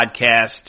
podcast